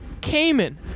Cayman